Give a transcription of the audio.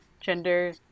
gender